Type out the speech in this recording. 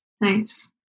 Nice